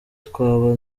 twaba